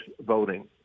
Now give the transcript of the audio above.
voting